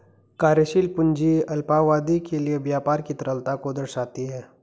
कार्यशील पूंजी अल्पावधि के लिए व्यापार की तरलता को दर्शाती है